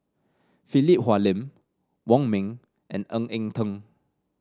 Philip Hoalim Wong Ming and Ng Eng Teng